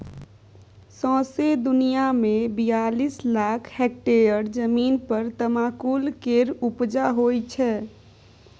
सौंसे दुनियाँ मे बियालीस लाख हेक्टेयर जमीन पर तमाकुल केर उपजा होइ छै